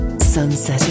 Sunset